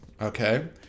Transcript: okay